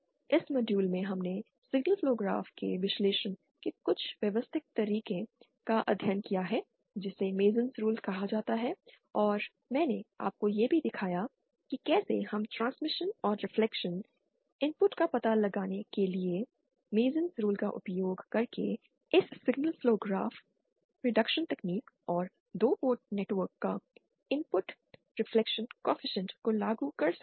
इस मॉड्यूल में हमने सिग्नल फ्लो ग्राफ के विश्लेषण के कुछ व्यवस्थित तरीके का अध्ययन किया है जिसे मेसनस रूलस कहा जाता है और मैंने आपको यह भी दिखाया कि कैसे हम ट्रांसमिशन और रिफ्लेक्शन इनपुट का पता लगाने के लिए मेसनस रूलस का उपयोग करके इस सिग्नल फ्लो ग्राफ रिडक्शन तकनीक और 2 पोर्ट नेटवर्क का इनपुट रिफ्लेक्शन कॉएफिशिएंट को लागू कर सकते हैं